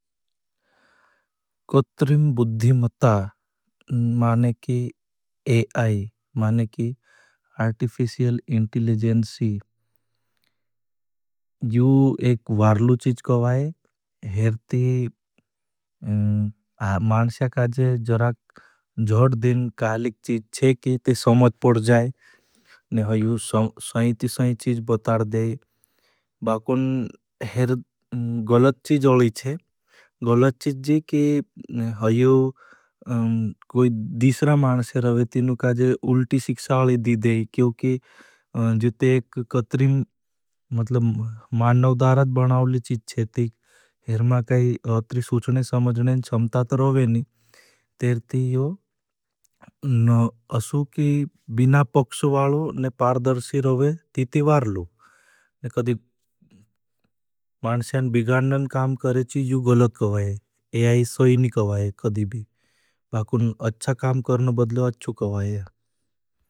कत्रिम बुद्धिमता, माने की ए याई, माने की आर्टफिशल इंटेलेजेंसी, यू एक वारलू चीज को वाई। हेर ती माणशा का जोड़ दिन कालिक चीज चे की ते समझ पड़ जाए। बाकुन हेर गलत चीज ओली छे, गलत चीज जी की हेर कोई दीशरा मानशे रवेती नु काजे उल्टी सिक्षा ओले दी देई। क्योंकि जो ते एक कत्रिम मान नवदाराज बनाओली चीज चे ती। हेर मां काई अतरी सूचने, समझने चम्ता तर ओवेनी। तेर ती यो अशू की बिना पक्षवालो ने पारदर्शी रवे ती ती वारलो, ने कदी मानशेन बिगाणन काम करे चीजु गलत कोई है। ए याई सोईनी कोई है कदी भी, बाकुन अच्छा काम करने बदलो अच्छु कोई है।